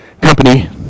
company